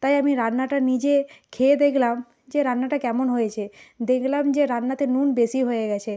তাই আমি রান্নাটা নিজে খেয়ে দেখলাম যে রান্নাটা কেমন হয়েছে দেখলাম যে রান্নাতে নুন বেশি হয়ে গেছে